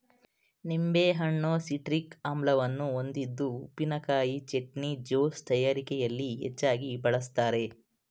ನಿಂಬೆಹಣ್ಣು ಸಿಟ್ರಿಕ್ ಆಮ್ಲವನ್ನು ಹೊಂದಿದ್ದು ಉಪ್ಪಿನಕಾಯಿ, ಚಟ್ನಿ, ಜ್ಯೂಸ್ ತಯಾರಿಕೆಯಲ್ಲಿ ಹೆಚ್ಚಾಗಿ ಬಳ್ಸತ್ತರೆ